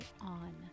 on